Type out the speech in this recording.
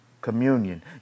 communion